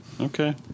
Okay